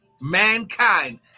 mankind